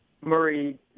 Murray